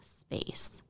space